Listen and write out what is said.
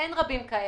אין רבים כאלה,